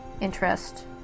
interest